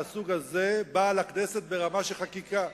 מהסוג הזה באה לכנסת ברמה של חקיקה